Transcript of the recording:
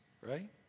Right